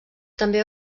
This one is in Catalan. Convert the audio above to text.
també